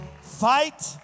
fight